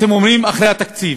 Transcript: אתם אומרים: אחרי התקציב,